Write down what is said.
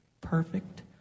perfect